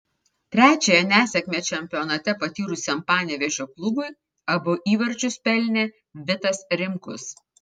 trečiąją nesėkmę čempionate patyrusiam panevėžio klubui abu įvarčius pelnė vitas rimkus